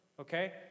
okay